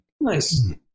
Nice